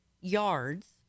yards